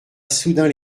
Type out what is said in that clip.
soudain